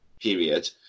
period